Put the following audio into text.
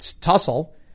tussle